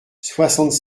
soixante